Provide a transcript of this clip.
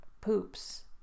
poops